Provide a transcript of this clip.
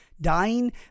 dying